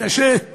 להתעשת